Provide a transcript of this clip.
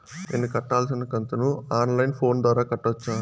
నేను కట్టాల్సిన కంతును ఆన్ లైను ఫోను ద్వారా కట్టొచ్చా?